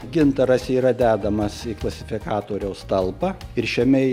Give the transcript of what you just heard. gintaras yra dedamas į klasifikatoriaus talpą ir šiame